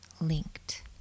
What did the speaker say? linked